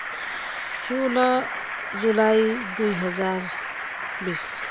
सोह्र जुलाई दुई हजार बिस